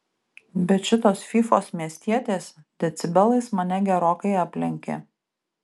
bet šitos fyfos miestietės decibelais mane gerokai aplenkė